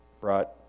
brought